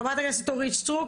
חברת הכנסת אורית סטרוק,